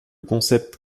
concept